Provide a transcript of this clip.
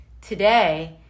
today